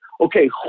okay